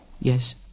Yes